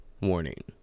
warning